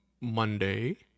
Monday